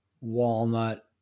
walnut